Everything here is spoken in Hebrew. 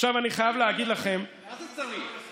מה זה "צריך"?